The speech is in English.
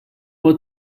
were